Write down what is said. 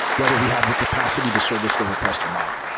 whether we have the capacity to service the request or not.